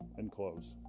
and close.